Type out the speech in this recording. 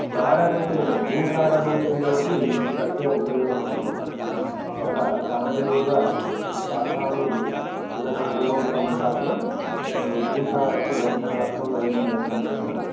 साररूपेण भूसाररूपेणापि तस्य उपयोगं कुर्मः अतः तानि एव शाखानि पुनः भूमौ संस्थाप्य भूसारस्य वर्धनार्थं वयं प्रयत्नं कुर्मः